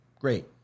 Great